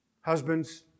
Husbands